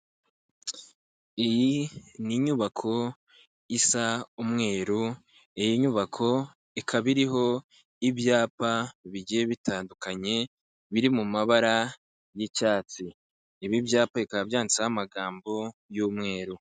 Iyi ni inyubako isa umweru iyi nyubako ikaba iriho ibyapa bigiye bitandukanye biri mu mabara y'icyatsi ibi ibyapa bikaba byanditseho amagambo y'umweru.